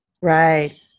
Right